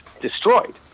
destroyed